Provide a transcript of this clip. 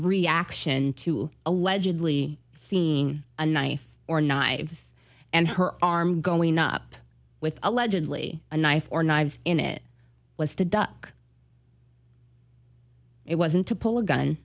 reaction to allegedly seeing a knife or not i have and her arm going up with allegedly a knife or knives in it was to duck it wasn't to pull a gun